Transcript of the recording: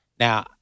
Now